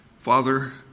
Father